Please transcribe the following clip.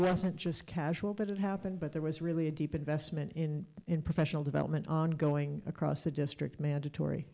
wasn't just casual that it happened but there was really a deep investment in in professional development ongoing across the district mandatory